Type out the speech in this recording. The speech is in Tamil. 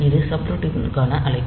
இது சப்ரூட்டினுக்கான அழைப்பு